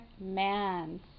man